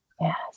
Yes